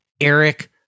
Eric